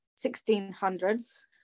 1600s